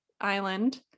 island